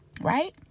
Right